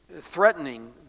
threatening